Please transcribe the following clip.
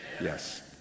Yes